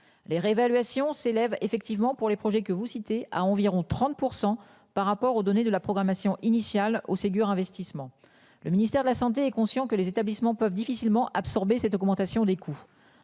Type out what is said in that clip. les réévaluations s'élève effectivement pour les projets que vous citez à environ 30% par rapport aux données de la programmation initiale au Ségur investissement. Le ministère de la Santé est conscient que les établissements peuvent difficilement absorber cette augmentation des coûts